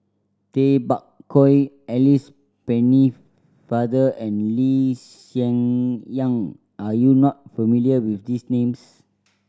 Tay Bak Koi Alice Pennefather and Lee Hsien Yang are you not familiar with these names